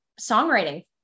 songwriting